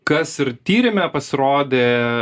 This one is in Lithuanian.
kas ir tyrime pasirodė